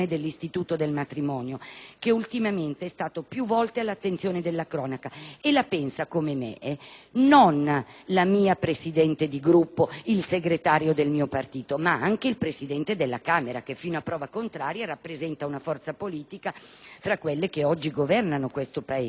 che ultimamente è stato più volte all'attenzione della cronaca. La pensa come me non solo la mia Presidente di Gruppo o il segretario del mio partito, ma anche il Presidente della Camera, che fino a prova contraria rappresenta una forza politica fra quelle che oggi governano il nostro Paese.